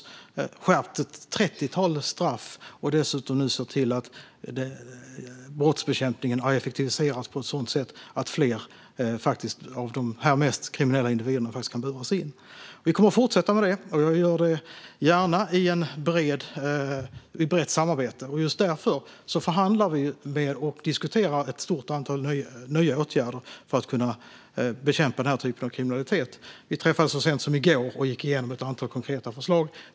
Vi har skärpt ett trettiotal straff, och vi har dessutom nu sett till att brottsbekämpningen har effektiviserats på ett sådant sätt att fler av de mest kriminella individerna kan buras in. Vi kommer att fortsätta med detta, och jag gör det gärna i ett brett samarbete. Just därför förhandlar vi med er och diskuterar ett stort antal nya åtgärder för att kunna bekämpa den här typen av kriminalitet. Vi träffades så sent som i går och gick igenom ett antal konkreta förslag.